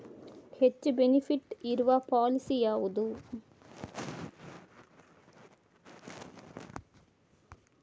ಹೆಚ್ಚು ಬೆನಿಫಿಟ್ ಇರುವ ಪಾಲಿಸಿ ಯಾವುದು?